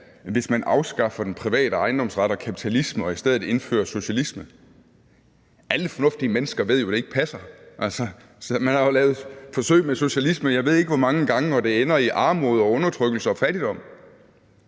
hvis man afskaffer den private ejendomsret og kapitalisme og i stedet indfører socialisme. Alle fornuftige mennesker ved jo, at det ikke passer. Altså, man har jo lavet forsøg med socialismen, jeg ved ikke hvor mange gange, og det ender i armod og undertrykkelse og fattigdom.